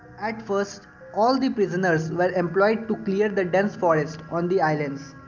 at first all the prisoners were employed to clear the dense forest on the islands,